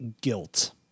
guilt